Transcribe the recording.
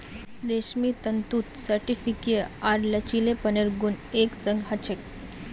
रेशमी तंतुत स्फटिकीय आर लचीलेपनेर गुण एक संग ह छेक